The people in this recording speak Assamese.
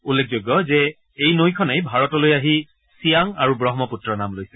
উল্লেখযোগ্য যে এই নৈখনেই ভাৰতলৈ আহি চিয়াং আৰু ব্ৰহ্মপূত্ৰ নাম লৈছে